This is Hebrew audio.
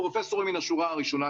פרופסורים מן השורה הראשונה,